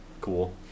cool